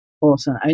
awesome